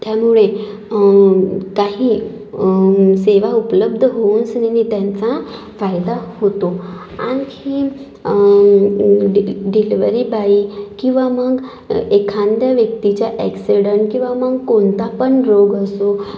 त्यामुळे काही सेवा उपलब्ध होऊनसनीनी त्यांचा फायदा होतो आणखी डि डि डिलिवरी बाई किंवा मग एखाद्या व्यक्तीच्या ॲक्सिडेंट किंवा मग कोणता पण रोग असो